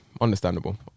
Understandable